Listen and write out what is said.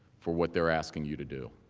for what they are asking you to do.